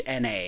NA